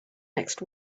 next